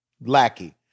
Lackey